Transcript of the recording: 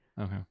Okay